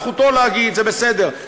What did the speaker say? זכותו להגיד, זה בסדר.